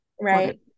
Right